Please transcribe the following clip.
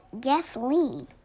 gasoline